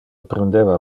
prendeva